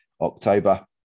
October